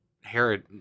Herod